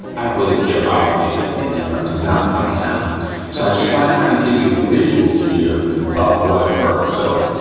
i don't really care how hard you hit it with a hammer, it's not coming out. so, i just wanna kinda kind of give you a visual here of what occurs, so,